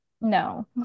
no